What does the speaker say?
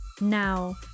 Now